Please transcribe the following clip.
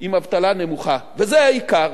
עם אבטלה נמוכה, וזה העיקר,